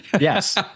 Yes